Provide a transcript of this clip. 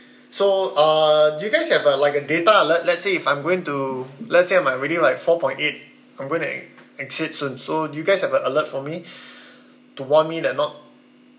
so uh do you guys have a like a data le~ let's say if I'm going to let's say I'm like already like four point eight I'm going to ex~ exceed soon so do you guys have a alert for me to warn me that not